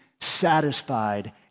satisfied